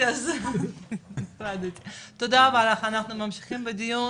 אנחנו ממשיכים בדיון.